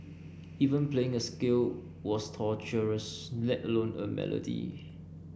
even playing a scale was torturous let alone a melody